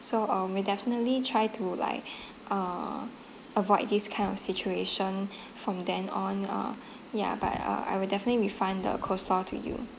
so um we'll definitely try to like uh avoid this kind of situation from then on uh ya but I I will definitely refund the coleslaw to you